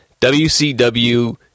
WCW